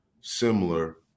similar